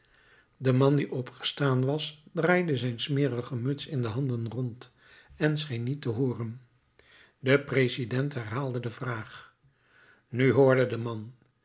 de man die opgestaan was draaide zijn smerige muts in de handen rond en scheen niet te hooren de president herhaalde de vraag nu hoorde de man